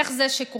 איך זה שכוכב